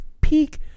peak